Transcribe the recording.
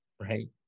right